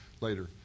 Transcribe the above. later